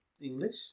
English